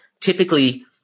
typically